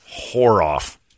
whore-off